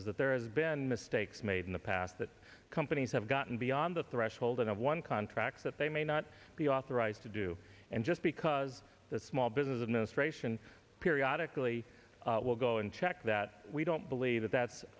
that there has been mistakes made in the past that companies have gotten beyond the threshold of one contract that they may not be authorized to do and just because the small business administration periodically will go and check that we don't believe that that's